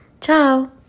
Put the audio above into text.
Ciao